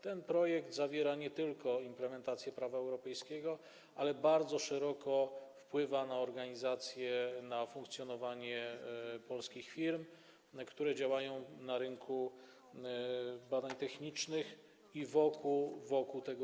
Ten projekt zawiera nie tylko implementację prawa europejskiego, lecz także bardzo szeroko wpływa na organizację i funkcjonowanie polskich firm, które działają na rynku badań technicznych i wokół niego.